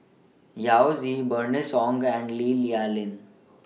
Yao Zi Bernice Ong and Lee Li Lian